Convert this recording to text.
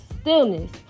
stillness